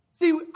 See